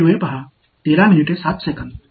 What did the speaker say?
எனவே நாம் மேலே இருந்து தொடங்குவோம்